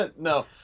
no